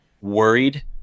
worried